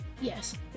Yes